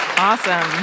Awesome